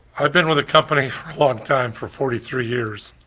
i've been with the company for a long time, for forty three years,